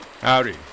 Howdy